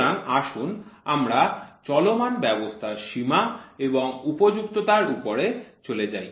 সুতরাং আসুন আমরা চলমান ব্যবস্থার সীমা এবং উপযুক্ততার উপর চলে যাই